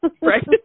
Right